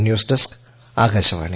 news desk Akashvani